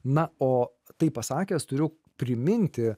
na o tai pasakęs turiu priminti